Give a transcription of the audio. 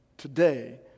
Today